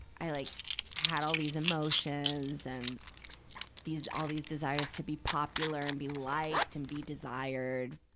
i like had all these emotions and these, all these desires to be popular and be liked and be desired,